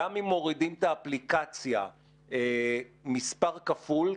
גם אם מורידים את האפליקציה מספר כפול,